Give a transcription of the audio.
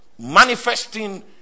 manifesting